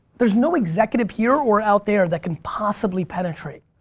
there's no executive here or out there that can possibly penetrate.